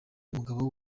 umugabo